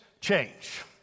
change